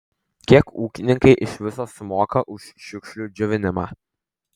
kiek ūkininkai iš viso sumoka už šiukšlių džiovinimą